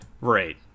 Right